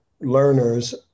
learners